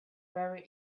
very